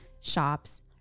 shops